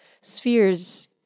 spheres